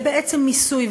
זה בעצם מיסוי,